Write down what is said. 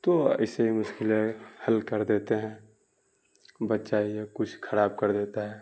تو ایسے مشکلیں حل کر دیتے ہیں بچہ یہ کچھ خراب کر دیتا ہے